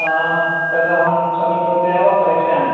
तदहं समीकृत्य एव प्रेषयामि